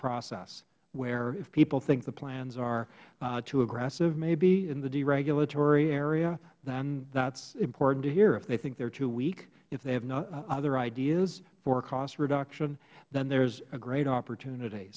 process where if people think the plans are too aggressive maybe in the deregulatory area then that is important to hear if they think they are too weak if they have other ideas for cost reduction then there is a great opportunity